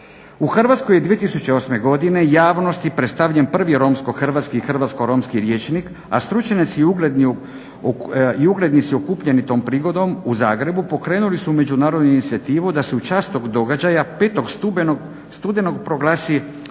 U Hrvatskoj je 2008. godine javnosti predstavljen prvi romsko-hrvatski i hrvatsko-romski rječnik, a stručnjaci i ugledni su okupljeni tom prigodom u Zagrebu pokrenuli su međunarodnu inicijativu da se u čast tog događaja 5. studenog proglasi Svjetskim